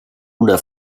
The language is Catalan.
una